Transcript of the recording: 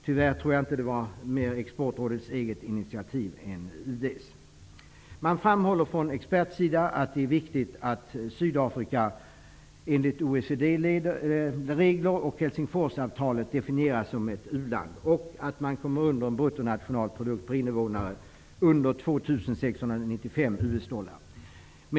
Jag tror tyvärr inte att det var exportrådets eget initiativ, utan Från experthåll framhåller man att det är viktigt att Sydafrika definieras som ett u-land enligt OECD regler och Helsingforsavtalet och att man kommer under en bruttonationalprodukt på 2695 US-dollar per innevånare.